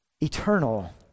eternal